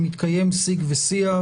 שמתקיים שיג ושיח,